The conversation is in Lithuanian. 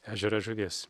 ežera žuvies